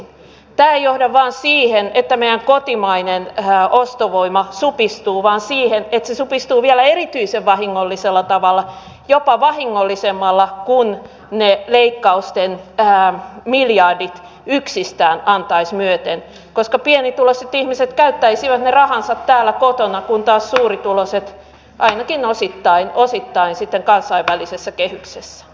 tämä ei johda vain siihen että meidän kotimainen ostovoima supistuu vaan siihen että se supistuu vielä erityisen vahingollisella tavalla jopa vahingollisemmalla kuin ne leikkausten miljardit yksistään antaisivat myöten koska pienituloiset ihmiset käyttäisivät ne rahansa täällä kotona kun taas suurituloiset ainakin osittain sitten kansainvälisessä kehyksessä